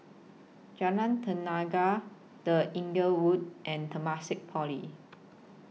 Jalan Tenaga The Inglewood and Temasek Poly